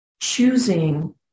choosing